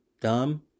dumb